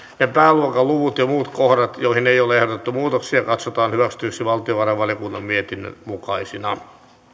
ne pääluokan luvut ja muut kohdat joihin ei ole ehdotettu muutoksia katsotaan hyväksytyiksi valtiovarainvaliokunnan mietinnön mukaisina